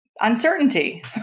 uncertainty